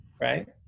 right